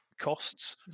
costs